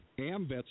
AMVETS